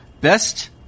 Best